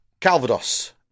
Calvados